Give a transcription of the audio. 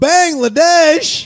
Bangladesh